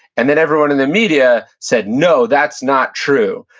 and then everyone in the media said, no, that's not true.